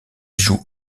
joue